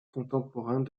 contemporains